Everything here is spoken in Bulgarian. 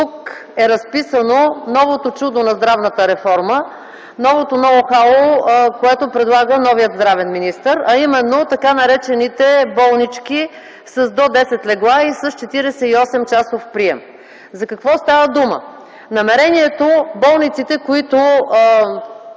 тук е разписано новото чудо на здравната реформа, новото ноу хау, което предлага новият здравен министър, а именно така наречените болнички с до 10 легла и с 48-часов прием. За какво става дума? Намерението е болниците, които